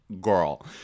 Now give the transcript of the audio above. Girl